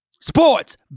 sports